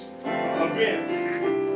events